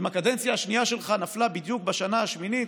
אם הקדנציה השנייה שלך נפלה בדיוק באמצע השנה השמינית,